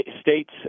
States